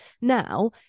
Now